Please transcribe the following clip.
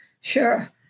Sure